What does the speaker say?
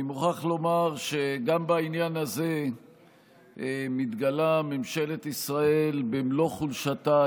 אני מוכרח לומר שגם בעניין הזה מתגלה ממשלת ישראל במלוא חולשתה,